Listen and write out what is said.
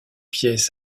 pièces